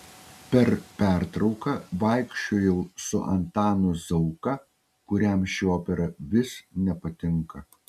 per pertrauką vaikščiojau su antanu zauka kuriam ši opera vis nepatinka